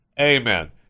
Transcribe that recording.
Amen